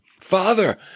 Father